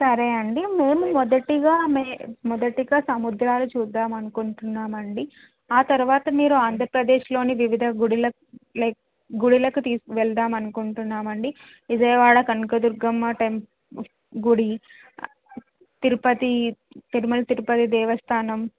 సరే అండి మేము మొదట మే మొదట సముద్రాలు చూద్దామని అనుకుంటున్నామండి ఆ తరువాత మీరు ఆంధ్రప్రదేశ్లోని వివిధ గుడుల లైక్ గుడులకు తీ వెళదామని అనుకుంటున్నామండి విజయవాడ కనకదుర్గమ్మ టెం గుడి తిరుపతి తిరుమల తిరుపతి దేవస్థానం